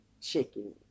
chicken